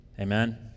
Amen